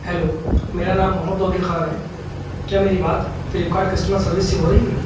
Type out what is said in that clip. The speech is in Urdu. ہیلو میرا نام محمد توقیر خان ہے کیا میری بات فلپکاٹ کسٹمر سروس سے ہو رہی ہے